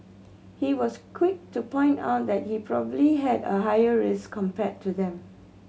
he was quick to point out that he probably had a higher risk compared to them